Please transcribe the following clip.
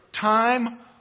time